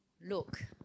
Look